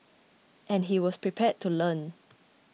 and he was prepared to learn